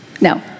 no